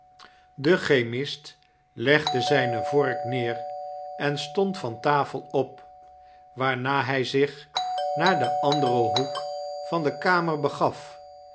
de chemist legde zijne vork neer en stond van tafel op waarna hij zich naar den anderen hoek van de kamer begaf